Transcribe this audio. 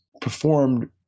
performed